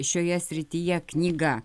šioje srityje knyga